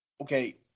Okay